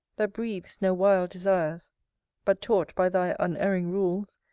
that breathes no wild desires but, taught by thy unerring rules,